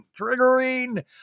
triggering